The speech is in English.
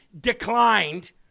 declined